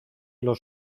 los